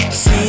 see